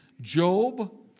Job